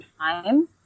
time